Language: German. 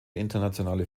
internationale